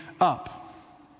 up